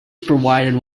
provided